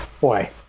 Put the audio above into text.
Boy